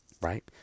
right